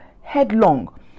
headlong